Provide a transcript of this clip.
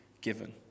given